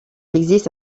existe